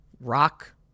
rock